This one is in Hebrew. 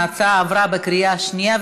ההצעה עברה בקריאה שנייה.